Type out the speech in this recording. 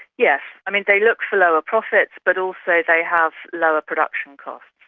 yes. i mean they look for lower profits, but also they they have lower production costs.